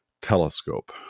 telescope